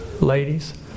ladies